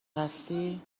هستی